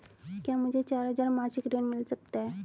क्या मुझे चार हजार मासिक ऋण मिल सकता है?